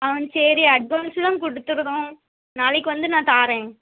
ஆ சரி அட்வான்ஸ்ஸெலாம் கொடுத்துதுறோம் நாளைக்கு வந்து நான் தரேன்